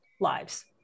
lives